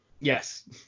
yes